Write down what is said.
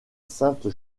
sainte